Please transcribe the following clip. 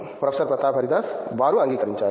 professor Pratap Haridas వారు అంగీకరించాలి